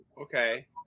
okay